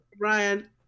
Ryan